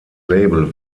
label